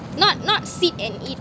not not sit and eat